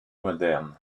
moderne